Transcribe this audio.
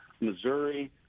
Missouri